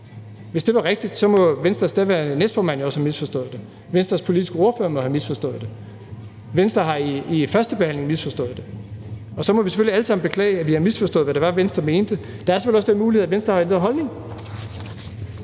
hvis det var rigtigt, må Venstres daværende næstformand jo også have misforstået det, Venstres politiske ordfører må have misforstået det, og Venstre må i førstebehandlingen have misforstået det, og så må vi selvfølgelig alle sammen beklage, at vi har misforstået, hvad det var, Venstre mente. Der er selvfølgelig også den mulighed, at Venstre har ændret holdning,